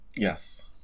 Yes